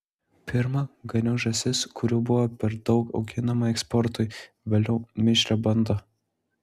pirma ganiau žąsis kurių buvo daug auginama eksportui vėliau mišrią bandą